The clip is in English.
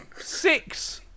six